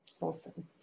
Awesome